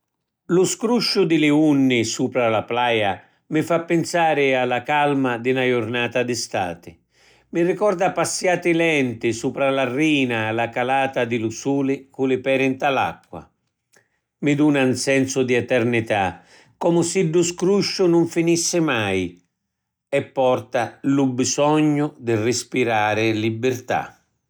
Lu scrusciu di li unni supra la plaja mi fa pinsari a la calma di na jurnata di stati; mi ricorda passiati lenti supra la rina a la calata di lu suli cu li peri nta l’acqua. Mi duna ‘n sensu di eternità, comu si ddu scrusciu nun finissi mai. E porta lu bisognu di rispirari libirtà.